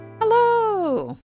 Hello